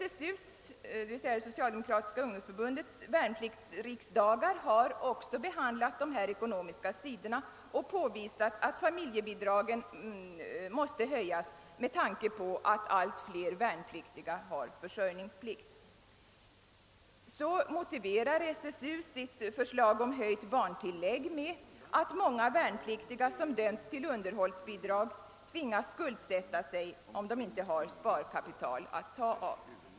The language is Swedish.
SSU:s värnpliktsriksdagar har också behandlat dessa ekonomiska frågor och påvisat att familjebidragen måste höjas med tanke på att allt fler värnpliktiga har försörjningsplikt. SSU motiverar sitt förslag om höjt barntillägg med: att många värnpliktiga som dömts att utbetala underhållsbidrag tvingas skuldsätta sig om de inte har sparkapital att ta av.